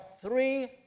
three